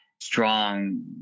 strong